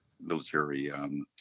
military